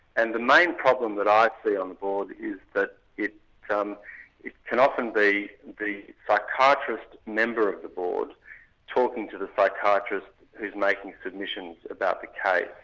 and the main problem that i see on the board is that it um can often be the psychiatrist member of the board talking to the psychiatrist who's making submissions about the case.